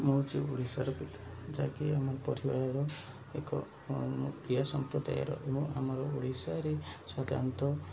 ମୁଁ ହେଉଛି ଓଡ଼ିଶାର ପିଲା ଯାହାକି ଆମ ପରିବାରର ଏକ ଓଡ଼ିଆ ସମ୍ପ୍ରଦାୟର ଏବଂ ଆମର ଓଡ଼ିଶାରେ ସାଧାରଣତଃ